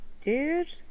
dude